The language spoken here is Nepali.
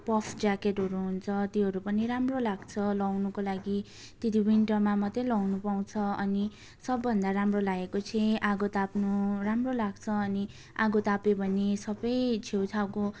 पफ ज्याकेटहरू हुन्छ त्योहरू पनि राम्रो लाग्छ लाउनुको लागि त्यति विनटरमा मात्रै लाउनु पाउँछ अनि सबभन्दा राम्रो लागेको चाहिँ आगो ताप्नु राम्रो लाग्छ अनि आगो ताप्यो भने सबै छेउछाउको